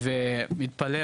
עוד ארבע אנחנו מנסים לאתר